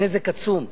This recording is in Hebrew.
נזק עצום.